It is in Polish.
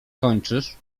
kończysz